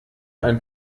ein